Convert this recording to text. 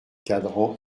cadran